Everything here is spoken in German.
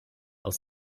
aus